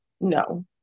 No